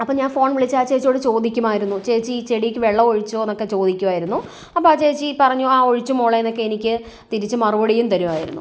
അപ്പം ഞാൻ ഫോൺ വിളിച്ച് ആ ചേച്ചിയോട് ചോദിക്കുമായിരുന്നു ചേച്ചീ ഈ ചെടിക്ക് വെള്ളം ഒഴിച്ചോന്നൊക്കെ ചോദിക്കുമായിരുന്നു അപ്പം ആ ചേച്ചി പറഞ്ഞു ആ ഒഴിച്ച് മോളെ എന്നൊക്കെ എനിക്ക് തിരിച്ച് മറുപടിയും തരുമായിരുന്നു